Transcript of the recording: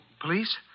police